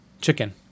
chicken